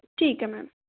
ਠੀਕ ਹੈ ਮੈਮ